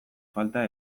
falta